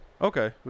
Okay